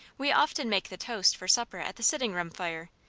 we often make the toast for supper at the sitting-room fire,